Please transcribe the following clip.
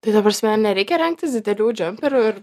tai ta prasme nereikia rengtis didelių džemperių ir